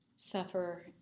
suffer